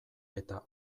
eta